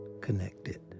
connected